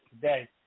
today